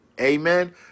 Amen